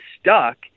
stuck